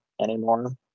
anymore